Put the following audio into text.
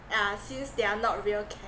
ah since they are not real